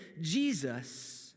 Jesus